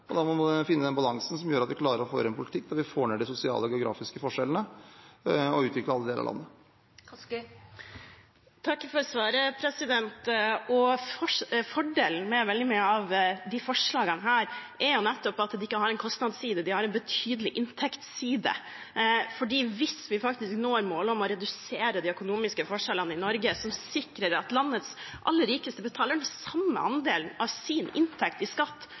og da må vi finne balansen som gjør at vi klarer å føre en politikk som får ned de sosiale og geografiske forskjellene og utvikler alle deler av landet. Takk for svaret. Fordelen med veldig mange av disse forslagene er nettopp at de ikke har en kostnadsside, men de har en betydelig inntektsside. Hvis vi faktisk når målet om å redusere de økonomiske forskjellene i Norge og sikrer at landets aller rikeste betaler den samme andelen av sin inntekt i skatt